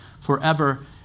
forever